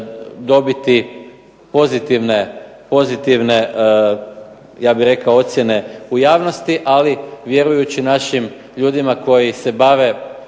dobiti pozitivne ja bih rekao ocjene u javnosti. Ali vjerujući našim ljudima koji se bave